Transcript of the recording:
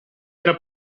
era